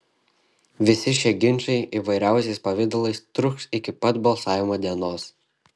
visi šie ginčai įvairiausiais pavidalais truks iki pat balsavimo dienos